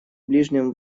ближнем